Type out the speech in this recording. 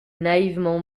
naïvement